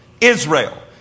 Israel